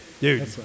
Dude